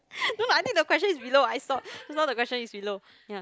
no lah I think the question is below I thought just now the question is below ya